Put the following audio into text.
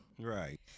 Right